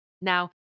Now